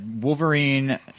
Wolverine